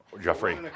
Jeffrey